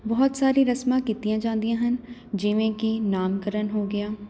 ਬਹੁਤ ਸਾਰੀ ਰਸਮਾਂ ਕੀਤੀਆਂ ਜਾਂਦੀਆਂ ਹਨ ਜਿਵੇਂ ਕਿ ਨਾਮਕਰਨ ਹੋ ਗਿਆ